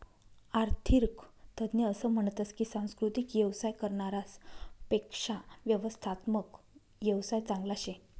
आरर्थिक तज्ञ असं म्हनतस की सांस्कृतिक येवसाय करनारास पेक्शा व्यवस्थात्मक येवसाय चांगला शे